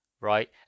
right